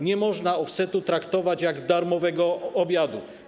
Nie można offsetu traktować jak darmowego obiadu.